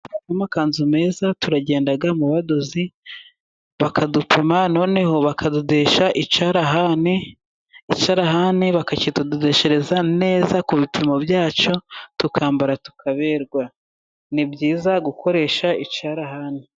Amakanzu meza, turagenda mu badozi bakadupima, noneho bakadodesha icyarahane, icyarahane bakakitudodeshereza neza ku bipimo byacu, tukambara tukaberwa. Ni byiza gukoresha icyarahani.